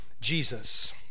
Jesus